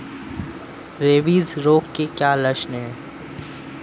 Rabies रोग के क्या लक्षण है?